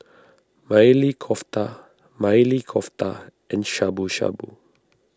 Maili Kofta Maili Kofta and Shabu Shabu